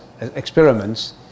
experiments